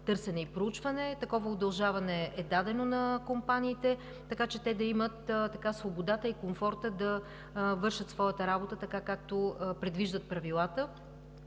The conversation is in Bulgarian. търсене и проучване. Такова удължаване е дадено на компаниите, така че те да имат свободата и комфорта да вършат своята работа, както предвиждат правилата.